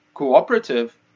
cooperative